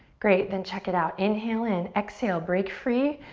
great, then check it out. inhale in, exhale, break free.